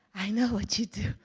i know what you do.